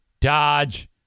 Dodge